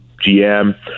GM